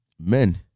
men